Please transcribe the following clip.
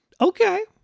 Okay